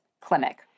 clinic